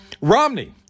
Romney